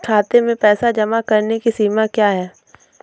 खाते में पैसे जमा करने की सीमा क्या है?